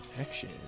action